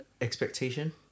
Expectation